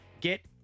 Get